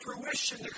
fruition